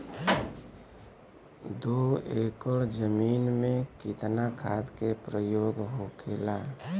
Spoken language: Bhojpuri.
दो एकड़ जमीन में कितना खाद के प्रयोग होखेला?